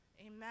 Amen